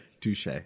Touche